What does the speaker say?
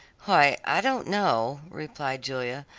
why, i don't know, replied julia.